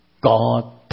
God